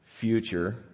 future